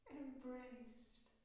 embraced